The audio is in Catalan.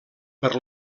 per